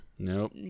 Nope